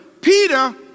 Peter